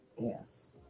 Yes